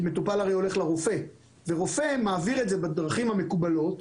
מטופל הרי הולך לרופא ורופא מעביר את זה בדרכים המקובלות.